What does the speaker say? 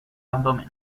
abdomen